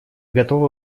готовы